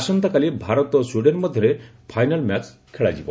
ଆସନ୍ତାକାଲି ଭାରତ ଓ ସ୍ୱିଡେନ୍ ମଧ୍ୟରେ ଫାଇନାଲ୍ ମ୍ୟାଚ୍ ଖେଳାଯିବ